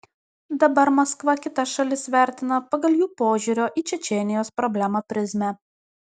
dabar maskva kitas šalis vertina pagal jų požiūrio į čečėnijos problemą prizmę